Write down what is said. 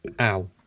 Ow